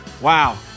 Wow